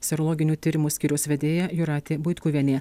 serologinių tyrimų skyriaus vedėja jūratė buitkuvienė